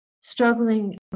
struggling